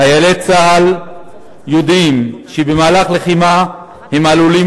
חיילי צה"ל יודעים שבמהלך לחימה הם עלולים